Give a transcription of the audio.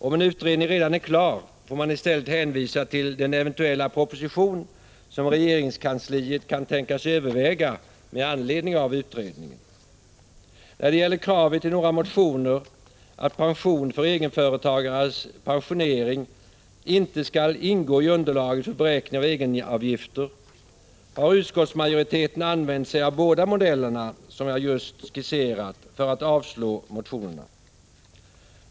Om en utredning redan är klar, får man i stället hänvisa till den eventuella proposition som regeringskansliet kan tänkas överväga med anledning av utredningen. När det gäller kravet i några motioner att pension för egenföretagares pensionering inte skall ingå i underlaget för beräkning av egenavgifter har utskottsmajoriteten använt sig av båda de modeller som jag just skisserat för att avstyrka motionerna.